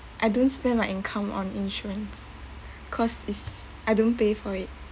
I don't spend my income on insurance cause is I don't pay for it